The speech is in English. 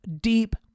deep